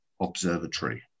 Observatory